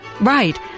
Right